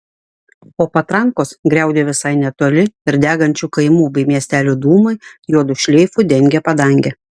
o patrankos griaudė visai netoli ir degančių kaimų bei miestelių dūmai juodu šleifu dengė padangę